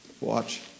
Watch